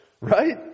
Right